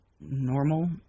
Normal